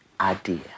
idea